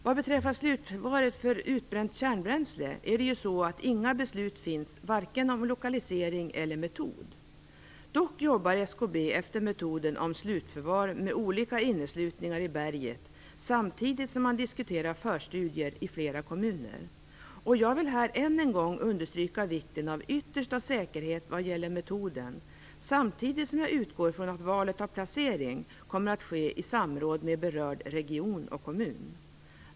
Vad beträffar slutförvaret för utbränt kärnbränsle är det ju så att det inte finns några beslut, vare sig om lokalisering eller metod. Dock jobbar SKB efter metoden om slutförvar med olika inneslutningar i berget, samtidigt som man diskuterar förstudier i flera kommuner. Jag vill här än en gång understryka vikten av yttersta säkerhet vad gäller metoden, samtidigt som jag utgår från att valet av placering kommer att ske i samråd med berörd region och kommun.